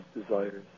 desires